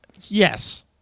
Yes